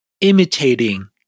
imitating